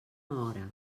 hora